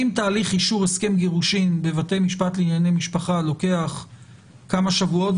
אם תהליך אישור הסכם גירושין בבתי משפט לענייני משפחה לוקח כמה שבועות,